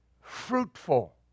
Fruitful